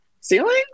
ceiling